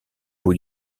beau